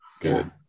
Good